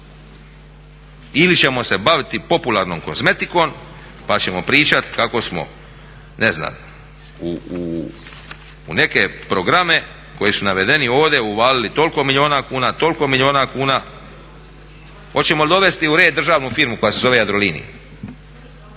Ili ćemo se baviti popularnom kozmetikom pa ćemo pričati kako smo ne znam u neke programe koji su navedeni ovdje uvalili toliko milijuna kuna, toliko milijuna kuna? Hoćemo li dovesti u red državnu firmu koja se zove Jadrolinija